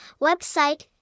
website